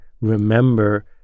remember